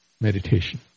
meditation